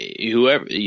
whoever